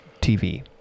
tv